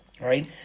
right